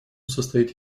состоит